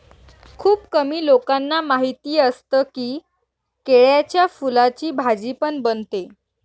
खुप कमी लोकांना माहिती असतं की, केळ्याच्या फुलाची भाजी पण बनते